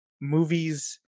movies